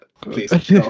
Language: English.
Please